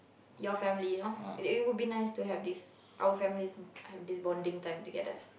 your family you know it it will be nice to have this our families have this bonding time together